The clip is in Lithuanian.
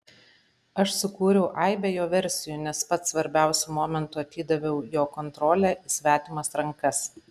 aš sukūriau aibę jo versijų nes pats svarbiausiu momentu atidaviau jo kontrolę į svetimas rankas